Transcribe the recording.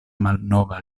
malnova